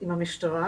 עם המשטרה